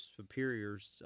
superiors